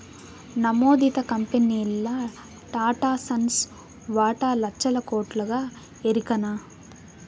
నమోదిత కంపెనీల్ల టాటాసన్స్ వాటా లచ్చల కోట్లుగా ఎరికనా